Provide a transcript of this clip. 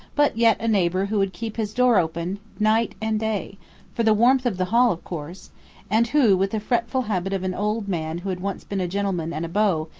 but yet a neighbor who would keep his door open night and day for the warmth of the hall of course and who with the fretful habit of an old man who had once been a gentleman and a beau,